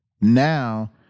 now